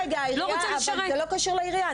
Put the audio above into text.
אבל זה לא קשור לעירייה.